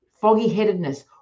foggy-headedness